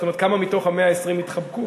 כמה מתוך ה-120 התחבקו,